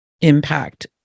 impact